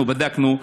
אנחנו בדקנו,